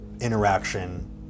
interaction